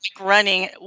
running